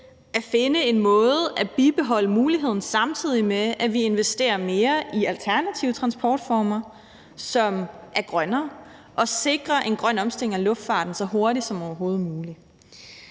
at finde en måde at bibeholde muligheden, samtidig med at vi investerer mere i alternative transportformer, som er grønnere, og sikrer en grøn omstilling af luftfarten så hurtigt som overhovedet muligt.